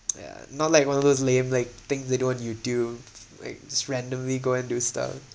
yeah not like one of those lame like things they do on YouTube like just randomly go and do stuff